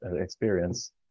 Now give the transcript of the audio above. experience